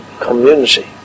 community